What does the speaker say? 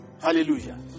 Hallelujah